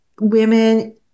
women